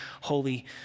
Holy